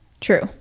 True